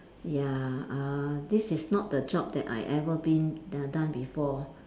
ya uh this is not the job that I ever been d~ done before